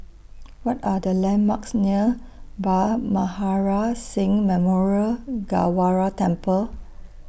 What Are The landmarks near Bhai Maharaj Singh Memorial Gurdwara Temple